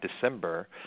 December